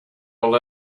will